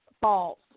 false